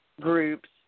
groups